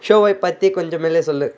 ஷோவைப் பற்றி கொஞ்சம் மெல்ல சொல்